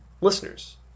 listeners